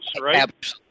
right